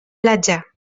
platja